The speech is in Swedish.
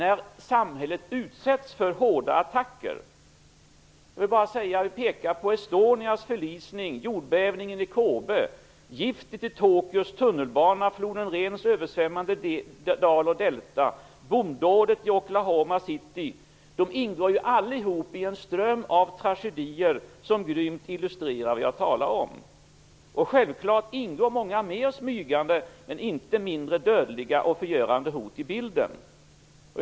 Jag vill peka på Estonias förlisning, jordbävningen i Kobe, giftet i Tokyos tunnelbana, floden Rhens översvämmade dal och delta, bombdådet i Oklahoma City. Allt ingår i en ström av tragedier som grymt illustrerar vad jag talar om. Självklart ingår många fler, smygande, men inte mindre dödliga och förgörande hot i bilden.